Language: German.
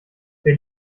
wer